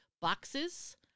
boxes